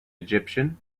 egyptian